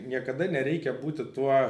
niekada nereikia būti tuo